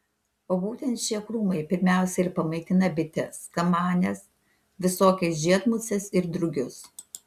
o būtent šie krūmai pirmiausia ir pamaitina bites kamanes visokias žiedmuses ir drugius